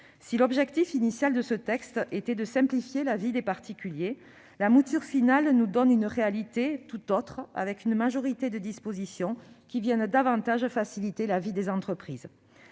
Si l'objectif initial de ce texte était de simplifier la vie des particuliers, la mouture finale nous donne une réalité tout autre avec une majorité de dispositions qui viennent davantage faciliter la vie des entreprises.